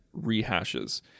rehashes